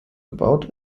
gebaut